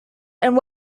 and